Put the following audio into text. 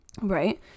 Right